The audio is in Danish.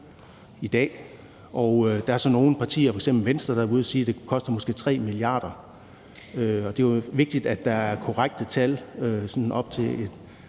i dag. Der er så nogle partier, f.eks. Venstre, der har været ude at sige, at det måske koster 3 mia. kr. Det er jo vigtigt, at der er korrekte tal op til et